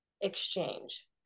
exchange